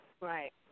Right